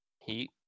Heat